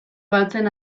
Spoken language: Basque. galtzen